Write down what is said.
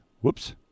whoops